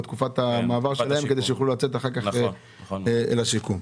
בתקופת המעבר כדי שיוכל לצאת אחר כך לשיקום.